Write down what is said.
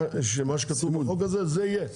מה שכתוב בחוק הזה יהיה.